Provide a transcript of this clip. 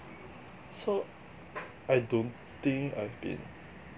so I don't think I've been